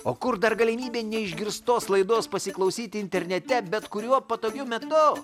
o kur dar galimybė neišgirstos laidos pasiklausyti internete bet kuriuo patogiu metu